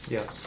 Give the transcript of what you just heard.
Yes